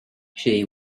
she